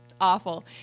awful